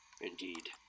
indeed